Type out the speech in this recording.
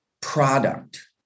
product